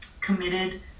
committed